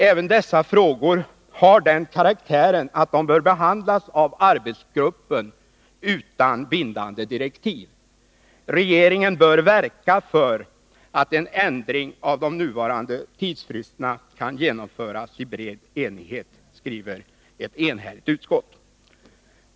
Även dessa frågor har den karaktären, att de bör behandlas i arbetsgruppen utan bindande direktiv. Regeringen bör verka för att en ändring av de nuvarande tidsfristerna kan genomföras i bred enighet, skriver ett enhälligt utskott.